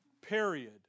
period